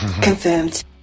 Confirmed